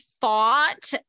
thought